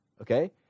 okay